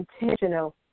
intentional